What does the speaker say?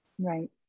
right